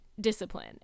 discipline